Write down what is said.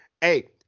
Hey